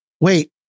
Wait